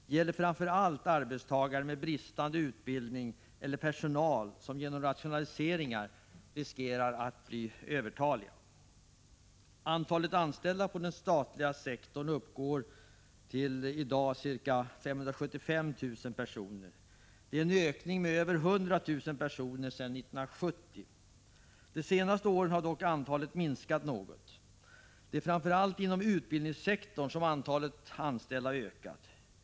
Det gäller framför allt arbetstagare med bristande utbildning eller personal som genom rationaliseringar riskerar att bli övertaliga. Antalet anställda i den statliga sektorn uppgår i dag till ca 575 000 personer. Det är en ökning med över 100 000 personer sedan 1970. De senaste åren har dock antalet minskat något. Det är framför allt inom utbildningssektorn som antalet anställda ökat.